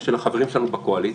של החברים שלנו בקואליציה,